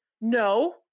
no